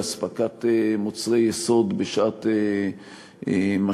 לאספקת מוצרי יסוד בשעות משבר,